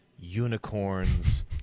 unicorns